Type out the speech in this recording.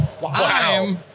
Wow